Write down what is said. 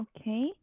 okay